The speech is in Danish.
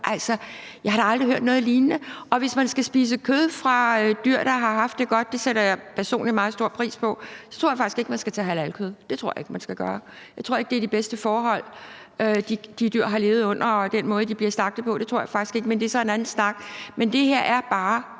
vrøvl? Jeg har da aldrig hørt noget lignende. Hvis man skal spise kød fra dyr, der har haft det godt – det sætter jeg personligt meget stor pris på – tror jeg faktisk ikke, man skal tage halalkød. Det tror jeg ikke man skal gøre. Jeg tror ikke, det er de bedste forhold, de dyr har levet under, og den bedste måde, de bliver slagtet på. Det tror jeg faktisk ikke, men det er så en anden snak. Men sagen er bare,